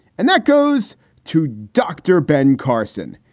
and that goes to dr. ben carson.